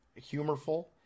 humorful